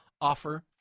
offer